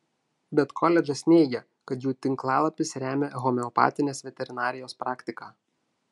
bet koledžas neigia kad jų tinklalapis remia homeopatinės veterinarijos praktiką